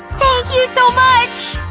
thank you so much!